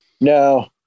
No